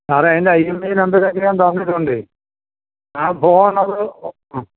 സാറേ അതിൻ്റെ I M I നമ്പരൊക്കെ ഞാൻ തന്നിട്ടുണ്ട് ആ ഫോൺ നമ്പറും ഒ ആ